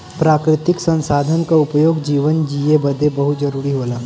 प्राकृतिक संसाधन क उपयोग जीवन जिए बदे बहुत जरुरी होला